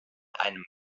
einem